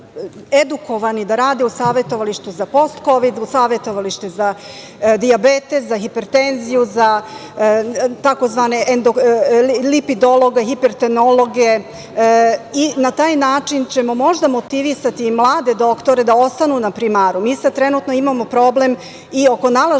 edukovani, da rade u savetovalištu za postkovid, u savetovalištu za dijabetes, za hipertenziju, lipidologa, hipertenologe i na taj način ćemo možda motivisati i mlade doktore da ostanu na primaru. Mi sada trenutno imamo problem i oko nalaženja